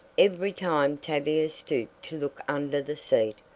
every time tavia stooped to look under the seat,